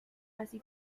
así